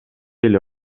эле